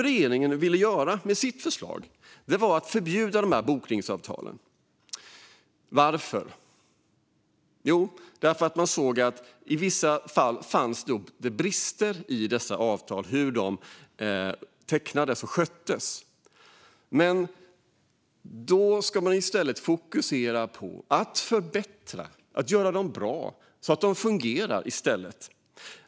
Regeringen vill med sitt förslag förbjuda dessa bokningsavtal. Varför? Jo, man såg att det i vissa fall fanns brister avseende hur avtalen tecknades och sköttes. Men i stället borde man ha fokuserat på att förbättra dem så att de fungerar.